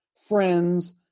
friends